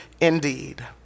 indeed